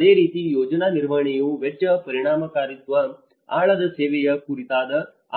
ಮತ್ತು ಅದೇ ರೀತಿ ಯೋಜನಾ ನಿರ್ವಹಣೆಯು ವೆಚ್ಚ ಪರಿಣಾಮಕಾರಿತ್ವ ಆಳದ ಸೇವೆಯ ಕುರಿತಾದ